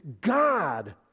God